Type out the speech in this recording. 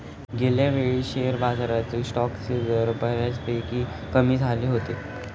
गेल्यावेळी शेअर बाजारातील स्टॉक्सचे दर बऱ्यापैकी कमी झाले होते